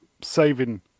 saving